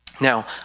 Now